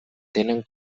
tenen